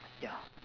ya